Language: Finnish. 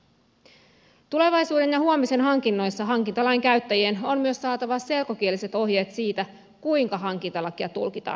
tulevaisuuden ja huomisen hankinnoissa hankintalain käyttäjien on myös saatava selkokieliset ohjeet siitä kuinka hankintalakia tulkitaan